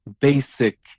basic